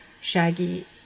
shaggy